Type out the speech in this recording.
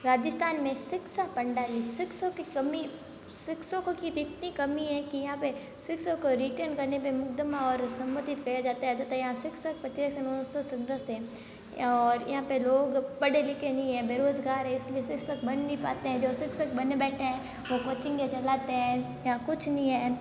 राजिस्थान में शिक्षा प्रणाली शिक्षा की कमी शिक्षकों की तो इतनी कमी है कि यहाँ पे शिक्षक को रिटर्न करने पे मुकदमा और संबोधित किया जाता है तथा यहाँ शिक्षक और यहाँ पे लोग पढ़े लिखे नहीं है बेरोजगार है इसलिए शिक्षक बन नहीं पाते हैं जो शिक्षक बने बैठे हैं वो कोचिंगे चलते हैं यहाँ कुछ नहीं है